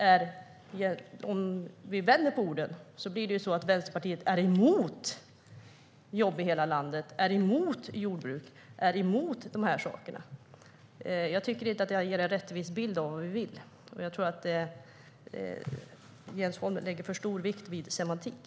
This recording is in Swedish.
Om vi vänder på orden blir Vänsterpartiet emot jobb i hela landet, emot jordbruk och emot de andra sakerna. Jag tycker inte att det här ger en rättvis bild av vad vi vill, och jag tror att Jens Holm lägger för stor vikt vid semantik.